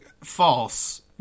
False